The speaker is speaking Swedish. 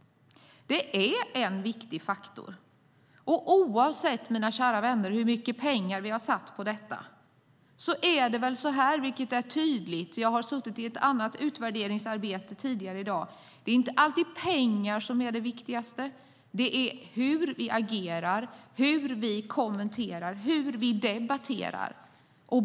Det är en viktig faktor. Det gäller oavsett, mina kära vänner, hur mycket pengar vi har satsat på detta. Jag har suttit i ett annat utvärderingsarbete tidigare i dag. Det är inte alltid pengar som är det viktigaste. Det är hur vi agerar, hur vi kommenterar och hur vi debatterar.